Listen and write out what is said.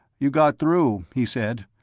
you got through, he said.